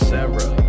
Sarah